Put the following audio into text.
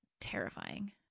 terrifying